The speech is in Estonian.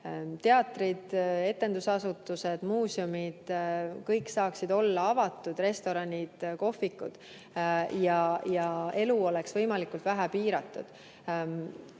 teatrid, kõik etendusasutused, muuseumid, kõik saaksid olla avatud, ka restoranid ja kohvikud, elu oleks võimalikult vähe piiratud